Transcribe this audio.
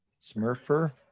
Smurfer